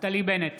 נפתלי בנט,